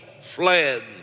fled